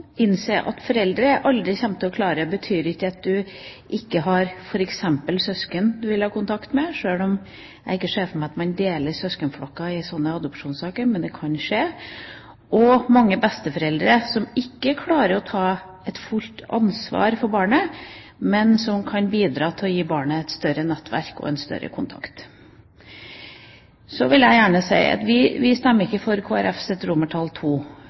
klare det betyr ikke at det ikke er f.eks. søsken som barnet vil ha kontakt med. Jeg ser ikke for meg at man deler søskenflokker i adopsjonssaker, men det kan skje, og mange besteforeldre som ikke klarer å ta et fullt ansvar for barnet, kan bidra til å gi barnet et større nettverk og en større kontakt. Så vil jeg gjerne si at vi ikke stemmer for Høyre og Kristelig Folkepartis forslag nr. 2 II, men jeg har stor sans for